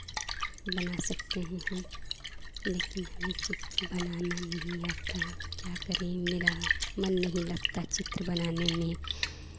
बना सकते हैं हम लेकिन हमें चित्र बनाना नहीं आता क्या करें मेरा मन नहीं लगता चित्र बनाने में